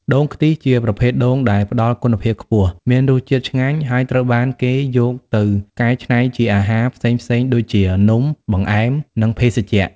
ដូងខ្ទិះ ជាប្រភេទដូងដែលផ្តល់គុណភាពខ្ពស់ មានរសជាតិឆ្ងាញ់ ហើយត្រូវបានគេយកទៅកែច្នៃជាអាហារផ្សេងៗដូចជា នំ បង្អែម និងភេសជ្ជៈ។